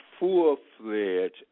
full-fledged